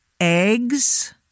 eggs